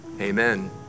Amen